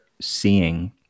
seeing